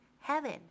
heaven